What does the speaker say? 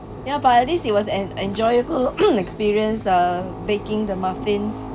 ya but at least it was an enjoyable experience uh baking the muffins